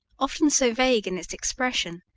often so vague in its expression,